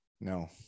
No